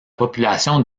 population